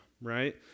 right